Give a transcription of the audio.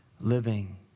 living